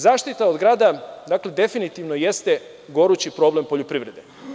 Zaštita od grada definitivno jeste gorući problem poljoprivrede.